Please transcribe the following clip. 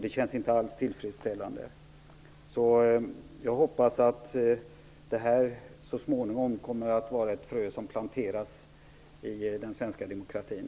Det känns inte alls tillfredsställande. Jag hoppas att detta så småningom kommer att vara ett frö som planteras i den svenska demokratin.